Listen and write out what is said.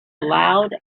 loud